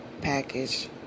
package